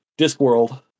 Discworld